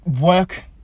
work